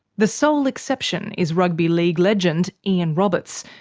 the sole exception is rugby league legend ian roberts,